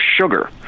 sugar